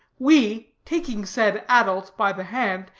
we, taking said adult by the hand,